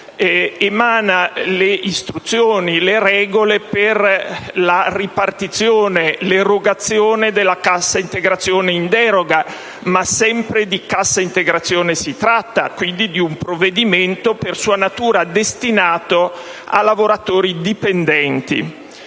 emani le istruzioni, le regole, per la ripartizione e l'erogazione della cassa integrazione in deroga. "In deroga", sì, ma sempre di cassa integrazione si tratta, quindi di un provvedimento per sua natura destinato a lavoratori dipendenti.